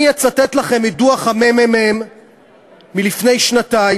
אני אצטט לכם מדוח הממ"מ לפני שנתיים,